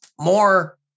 more